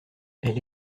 elle